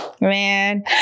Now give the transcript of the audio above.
man